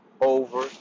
over